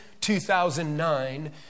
2009